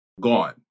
Gone